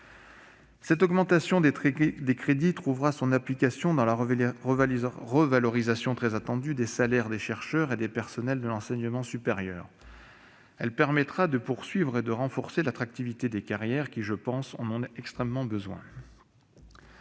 Cette hausse des crédits trouvera son application dans la revalorisation très attendue des salaires des chercheurs et des personnels de l'enseignement supérieur. Elle permettra de poursuivre et de renforcer l'attractivité des carrières, qui, je le pense, en ont extrêmement besoin.